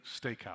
Steakhouse